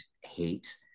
hate